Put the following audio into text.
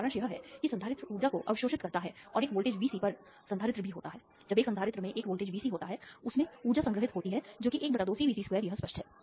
तो सारांश यह है कि संधारित्र ऊर्जा को अवशोषित करता है और एक वोल्टेज Vc पर एक संधारित्र भी होता है जब एक संधारित्र में एक वोल्टेज Vc होता है इसमें ऊर्जा संग्रहीत होती है जो कि ½CVc2यह स्पष्ट है